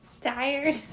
Tired